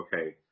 okay